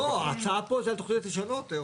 ההצעה פה זה על תוכניות ישנות.